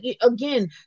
again